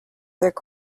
through